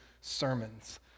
sermons